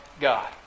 God